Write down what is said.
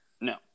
No